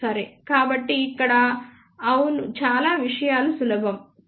సరే కాబట్టి ఇక్కడ అవును విషయాలు చాలా సులభం కాని మేము 1